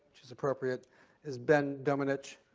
which is appropriate is ben domenech,